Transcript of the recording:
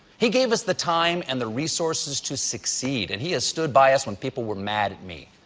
he gave us the time and the resources to succeed. and he has stood by us when people were mad at me.